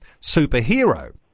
superhero